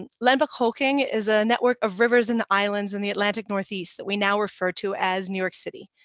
and lenapehoking is a network of rivers and islands in the atlantic northeast that we now refer to as new york city.